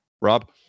Rob